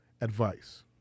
Advice